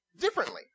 differently